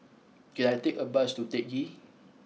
can I take a bus to Teck Ghee